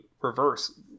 reverse